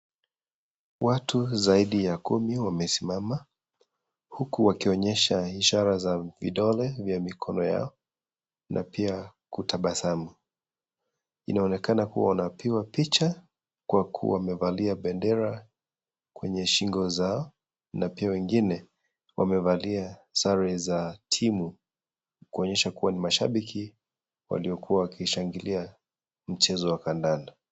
Watu zaidi ya kumi wamesimama. Huku wakionyesha ishara za vindole vya mikono yao, na pia kutabasamu. Inaonekana kuwa wanapigwa picha, kwa kuwa wamevalia bendera kwenye shingo zao. Na pia wengine, wamevalia sare za timu, kuonyesha kuwa ni mashabiki, waliokuwa wanashangilia mchezo wa kandanda.